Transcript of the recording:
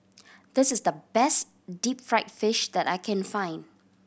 this is the best deep fried fish that I can find